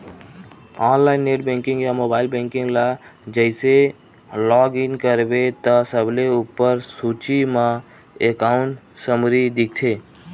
online net banking या mobile banking ल जइसे लॉग इन करबे त सबले उप्पर सूची म एकांउट समरी दिखथे